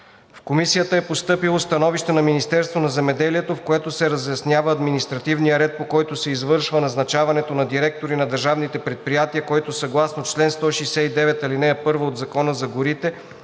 В Комисията е постъпило становище от Министерството на земеделието, в което се разяснява административният ред, по който се извършва назначаването на директори на държавните предприятия, които съгласно чл. 169, ал. 1 от Закона за горите